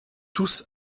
tous